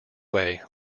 way